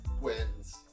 wins